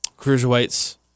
cruiserweights